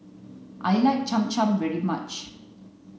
I like Cham Cham very much